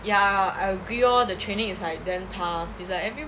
ya I agree lor the training is like damn tough it's like every